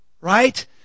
Right